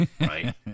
right